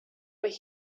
what